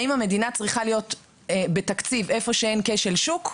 האם המדינה צריכה להיות בתקציב איפה שאין כשל שוק?